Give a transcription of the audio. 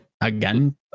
again